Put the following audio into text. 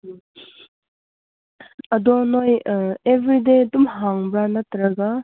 ꯎꯝ ꯑꯗꯣ ꯅꯣꯏ ꯑꯦꯕ꯭ꯔꯤꯗꯦ ꯑꯗꯨꯝ ꯍꯥꯡꯕ꯭ꯔꯥ ꯅꯠꯇ꯭ꯔꯒ